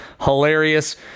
Hilarious